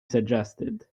suggested